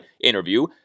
interview